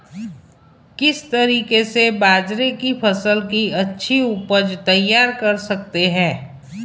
किस तरीके से बाजरे की फसल की अच्छी उपज तैयार कर सकते हैं?